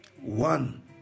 one